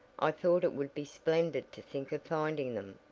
i thought it would be splendid to think of finding them.